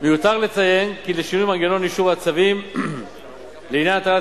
מיותר לציין כי לשינוי מנגנון אישור הצווים לעניין הטלת